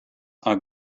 are